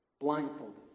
blindfolded